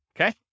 Okay